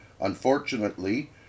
Unfortunately